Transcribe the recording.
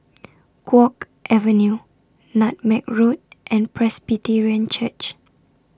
Guok Avenue Nutmeg Road and Presbyterian Church